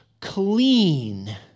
clean